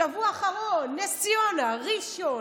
בשבוע האחרון נס ציונה, ראשון,